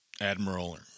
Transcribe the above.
admiral